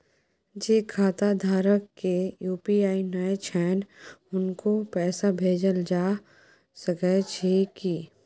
जे खाता धारक के यु.पी.आई नय छैन हुनको पैसा भेजल जा सकै छी कि?